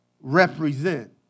represent